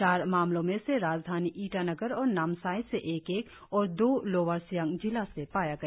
चार मामलों में से राजधानी ईटानगर और नामसाई से एक एक और दो लोअर सियांग जिला से पाया गया